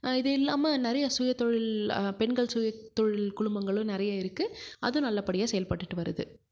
இது இல்லாமல் நிறைய சுய தொழில் பெண்கள் சுய தொழில் குழுமங்களும் நிறைய இருக்கு அதுவும் நல்ல படியாக செயல்பட்டுகிட்டு வருது